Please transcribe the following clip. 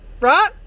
right